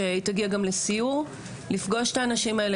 שתגיע גם לסיור כדי לפגוש את האנשים האלה